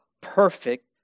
perfect